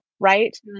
right